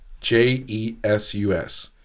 J-E-S-U-S